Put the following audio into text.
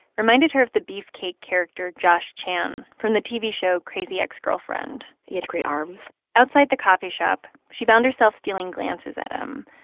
reminded her of the beefcake character josh chan from the tv show crazy ex-girlfriend. l he had great arms outside the coffee shop, she found herself stealing glances at him,